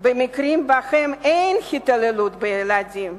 במקרים שבהם אין התעללות בילדים,